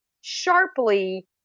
sharply